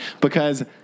because-